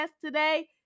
today